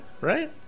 Right